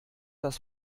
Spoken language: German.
das